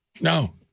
No